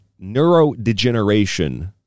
neurodegeneration